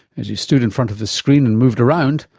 as you stood in front of the screen and moved around,